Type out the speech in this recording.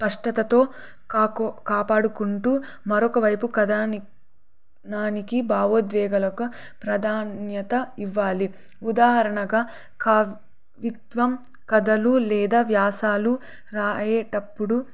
స్పష్టతతో కాపాడుకుంటూ మరొకవైపు కథనానికి భావోద్వేగాలకు ప్రాధాన్యత ఇవ్వాలి ఉదాహరణగా కవిత్వం కథలు లేదా వ్యాసాలు రాయేటప్పుడు